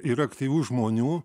yra aktyvių žmonių